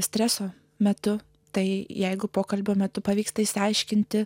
streso metu tai jeigu pokalbio metu pavyksta išsiaiškinti